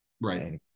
right